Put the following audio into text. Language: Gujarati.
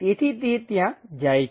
તેથી તે ત્યાં જાય છે